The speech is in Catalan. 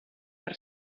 per